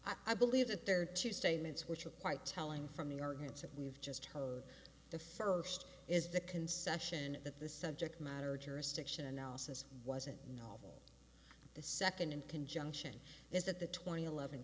rebuttal i believe that there are two statements which are quite telling from the arguments that we've just heard the first is the concession that the subject matter jurisdiction analysis wasn't now the second in conjunction is that the twenty eleven